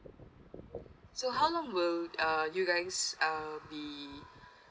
so how long will uh you guys uh be